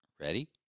ready